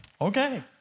Okay